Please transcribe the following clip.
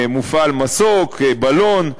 מופעל מסוק, בלון,